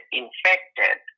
infected